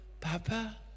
Papa